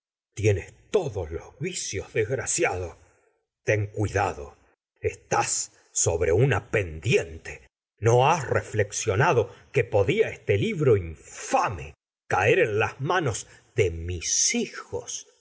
tienes todos los yicios desgraciado ten cuidado estás sobre una pendiente no has reflexionado que podia este libro infame caer en las manos de mis hijos